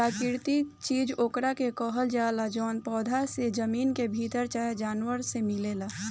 प्राकृतिक चीज ओकरा के कहल जाला जवन पौधा से, जमीन के भीतर चाहे जानवर मे मिलेला